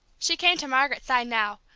she came to margaret's side now,